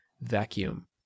vacuum